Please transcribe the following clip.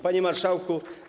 Panie Marszałku!